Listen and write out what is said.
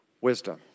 wisdom